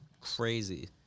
crazy